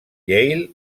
yale